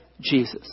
Jesus